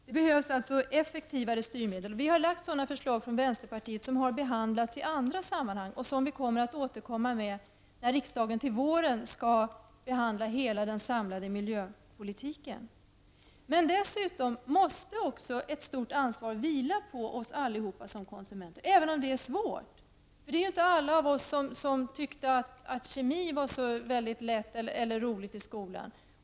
Det behövs alltså effektivare styrmedel, och vi har lagt fram förslag till sådana från vänsterpartiet, vilka har behandlats i andra sammanhang och vilka vi skall återkomma med när riksdagen till våren skall behandla den samlade miljöpolitiken. Men dessutom måste ett stort ansvar vila på oss som konsumenter, även om det svårt. Alla av oss tyckte inte att kemi var särskilt lätt eller roligt i skolan.